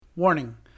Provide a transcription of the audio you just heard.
Warning